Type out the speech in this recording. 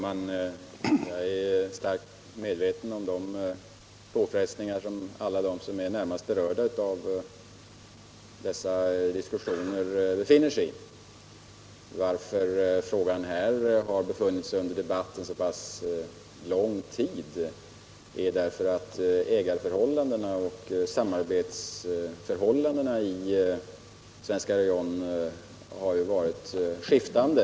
Herr talman! Jag är starkt medveten om de påfrestningar som alla de som närmast är berörda av dessa diskussioner befinner sig under. Att frågan har befunnit sig under debatt så pass lång tid beror på att ägarförhållandena och arbetsförhållandena i Svenska Rayon har varit skiftande.